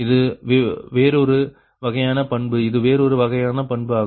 இது வேறொரு வகையான பண்பு இது வேறொரு வகையான பண்பு ஆகும்